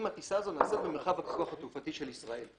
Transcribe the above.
אם הטיסה הזו נעשית במרחב הפיקוח התעופתי של ישראל.